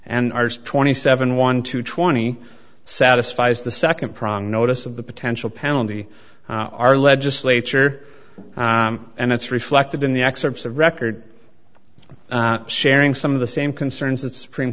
and twenty seven one to twenty satisfies the second prong notice of the potential penalty our legislature and it's reflected in the excerpts of record sharing some of the same concerns that supreme